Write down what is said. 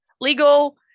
legal